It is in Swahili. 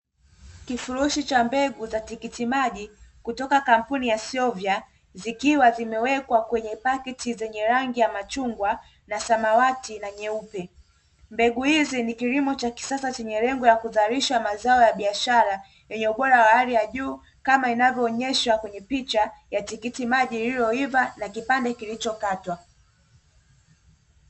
Kifurushi cha mbegu za tikiti maji kutoka kampuni ya Syova zikiwa zimewekwa kwenye pakiti yenye rangi ya machungwa, samawati na nyeupe. Mbegu hizi ni kilimo cha kisasa chenye lengo ya kuzalisha mazao ya biashara yenye ubora wa hali ya juu, kama inavyoonyeshwa kwenye picha ya tikiti maji lililoiva na kipande kilichokatwa.